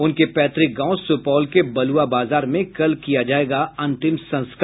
उनके पैतृक गांव सुपौल के बलुआ बाजार में कल किया जायेगा अंतिम संस्कार